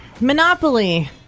Monopoly